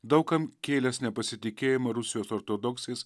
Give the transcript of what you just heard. daug kam kėlęs nepasitikėjimą rusijos ortodoksais